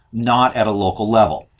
not at a local level.